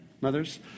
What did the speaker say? Mothers